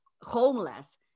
homeless